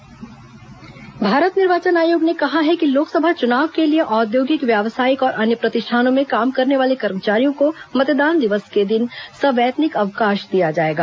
निर्वाचन अवकाश भारत निर्वाचन आयोग ने कहा है कि लोकसभा चुनाव के लिए औद्योगिक व्यावसायिक और अन्य प्रतिष्ठानों में काम करने वाले कर्मचारियों को मतदान दिवस के दिन सवैतनिक अवकाश दिया जाएगा